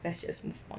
let's just move on